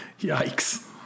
Yikes